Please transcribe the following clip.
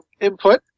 input